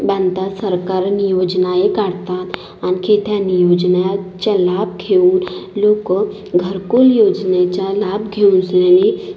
बांधतात सरकार नियोजनाए काढतात आणखी त्या नियोजनाचा लाभ घेऊन लोकं घरकुल योजनेचा लाभ घेऊनशनानी